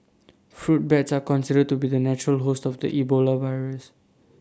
fruit bats are considered to be the natural host of the Ebola virus